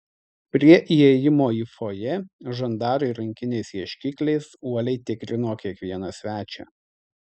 prie įėjimo į fojė žandarai rankiniais ieškikliais uoliai tikrino kiekvieną svečią